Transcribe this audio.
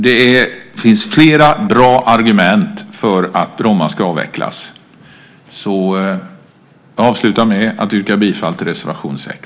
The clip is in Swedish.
Det finns flera bra argument för att Bromma ska avvecklas, så jag avslutar med att yrka bifall till reservation 6.